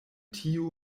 tiu